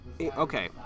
Okay